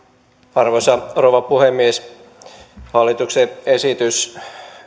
arvoisa rouva puhemies hallituksen esitys